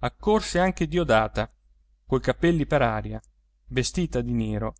accorse anche diodata coi capelli per aria vestita di nero